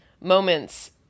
moments